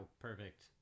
Perfect